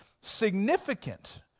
significant